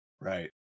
Right